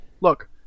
look